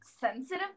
sensitive